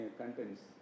contents